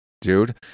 dude